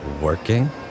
working